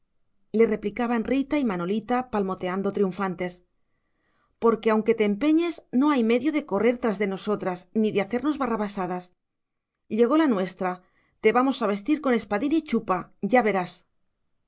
te queremos le replicaban rita y manolita palmoteando triunfantes porque aunque te empeñes no hay medio de correr tras de nosotras ni de hacernos barrabasadas llegó la nuestra te vamos a vestir con espadín y chupa ya verás